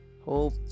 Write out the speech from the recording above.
Hope